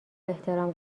احترام